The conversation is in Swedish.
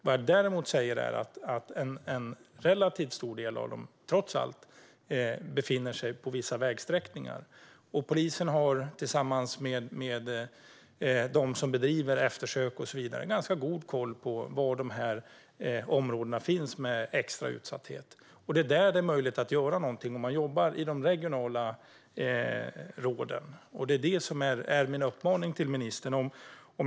Vad jag däremot säger är att en relativt stor del av dem trots allt rör vissa vägsträckningar, och polisen har tillsammans med dem som bedriver eftersök och så vidare ganska god koll på var dessa extra utsatta områden finns. Det är där det är möjligt att göra någonting om man jobbar i de regionala råden.